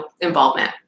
involvement